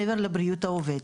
מעבר לבריאות העובד.